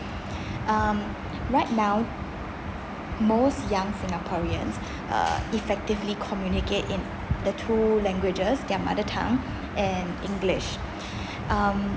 um right now most young singaporeans uh effectively communicate in the two languages their mother tongue and english um